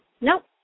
Nope